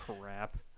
crap